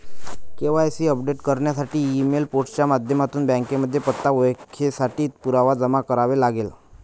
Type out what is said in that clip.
KYC update करण्यासाठी email, post च्या माध्यमातून बँकेमध्ये पत्ता, ओळखेसाठी पुरावा जमा करावे लागेल